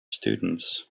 students